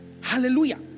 Hallelujah